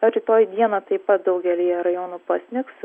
o rytoj dieną taip pat daugelyje rajonų pasnigs